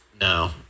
no